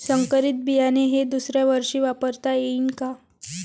संकरीत बियाणे हे दुसऱ्यावर्षी वापरता येईन का?